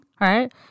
right